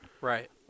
right